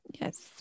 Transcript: Yes